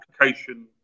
application